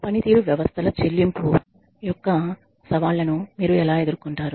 పనితీరు వ్యవస్థల చెల్లింపు యొక్క సవాళ్లను మీరు ఎలా ఎదుర్కొంటారు